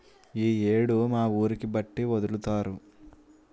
ఈ యేడు మా ఊరికి బట్టి ఒదులుతారు